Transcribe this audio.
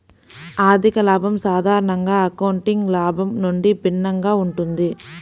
ఆర్థిక లాభం సాధారణంగా అకౌంటింగ్ లాభం నుండి భిన్నంగా ఉంటుంది